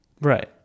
Right